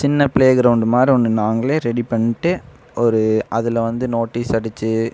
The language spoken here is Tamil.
சின்ன ப்ளே க்ரவுண்டு மாதிரி ஒன்று நாங்கள் ரெடி பண்ணிட்டு ஒரு அதில் வந்து நோட்டீஸ் அடித்து